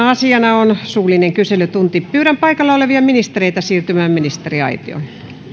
asiana on suullinen kyselytunti pyydän paikalla olevia ministereitä siirtymään ministeriaitioon